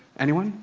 anyone?